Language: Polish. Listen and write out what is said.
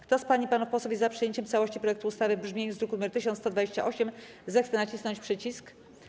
Kto z pań i panów posłów jest za przyjęciem w całości projektu ustawy w brzmieniu z druku nr 1128, zechce nacisnąć przycisk.